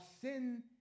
sin